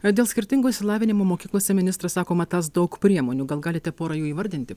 ar dėl skirtingo išsilavinimo mokyklose ministras sako matąs daug priemonių gal galite porą jų įvardinti